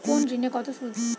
কোন ঋণে কত সুদ?